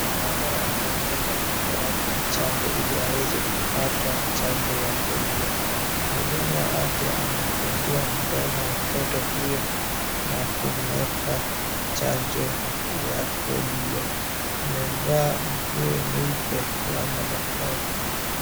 Mama amemleta mtoto wake mchanga ili aweze kupata chanjo ya Polio. Mhudumu wa afya amefungua mdomo mtoto huyo na kumueka chanjo ya Polio. Amevaa nguo nyeupe ya madaktari.